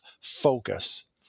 focus